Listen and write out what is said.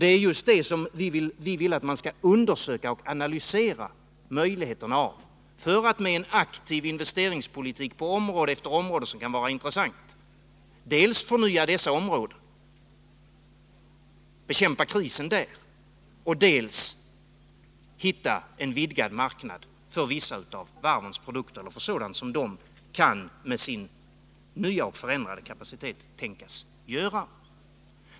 Det är just möjligheterna av detta som vi vill att man skall undersöka och analysera för att med en aktiv investeringspolitik på område efter område, Årsredovisning som kan vara intressant, dels förnya dessa områden och bekämpa krisen där, för Svenska Varv dels hitta en vidgad marknad för vissa av varvens produkter eller för sådant AB som de med sin nya och förändrade kapacitet kan tänkas göra.